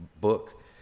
book